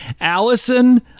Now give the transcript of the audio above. Allison